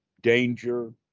danger